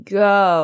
go